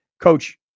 Coach